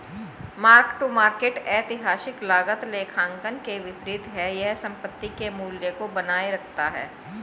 mark to market ऐतिहासिक लागत लेखांकन के विपरीत है यह संपत्ति के मूल्य को बनाए रखता है